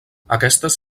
aquestes